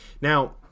Now